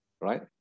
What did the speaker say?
right